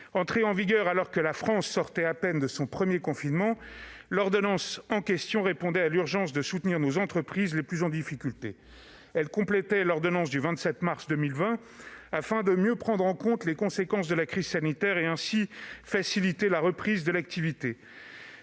Entrée en vigueur alors que la France sortait à peine de son premier confinement, l'ordonnance en question répondait à l'urgence de soutenir nos entreprises les plus en difficulté. Elle complétait celle du 27 mars 2020 afin de mieux prendre en compte les conséquences de la crise sanitaire et de faciliter ainsi la reprise de l'activité.